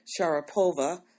Sharapova